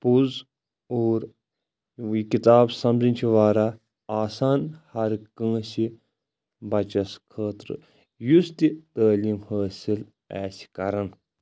پوٚز اور وٕ یہِ کتاب سمجنۍ چھِ واریاہ آسان ہر کٲنٛسہِ بچس خٲطرٕ یُس تہِ تعلیٖم حٲصل آسہِ کران